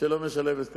שלא משלם את כספו.